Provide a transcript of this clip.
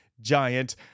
giant